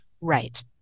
Right